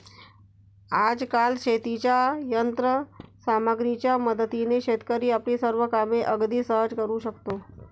आजकाल शेतीच्या यंत्र सामग्रीच्या मदतीने शेतकरी आपली सर्व कामे अगदी सहज करू शकतो